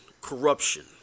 Corruption